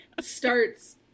starts